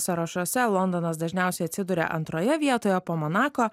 sąrašuose londonas dažniausiai atsiduria antroje vietoje po monako